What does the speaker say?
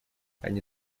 они